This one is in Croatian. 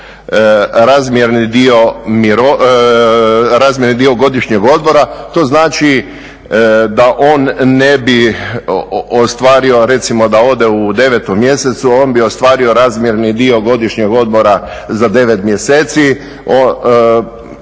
razmjerni dio godišnjeg odmora. To znači da on ne bi ostvario recimo da ode u 9. mjesecu on bi ostvario razmjerni dio godišnjeg odmora za 9 mjeseci.